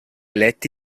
eletti